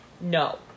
no